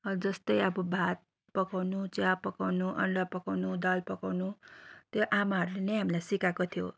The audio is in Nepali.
जस्तै अब भात पकाउनु चिया पकाउनु अन्डा पकाउनु दाल पकाउनु त्यो आमाहरले नै हामीलाई सिकाएको थियो